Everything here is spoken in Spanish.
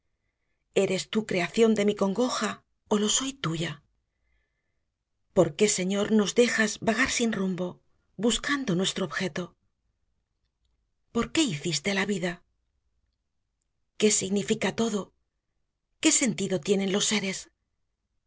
eres tú creación de mi congoja ó lo soy tuya por qué señor nos dejas vagar sin rumbo buscando nuestro objeto por qué hiciste la vida qué significa todo qué sentido tienen los seres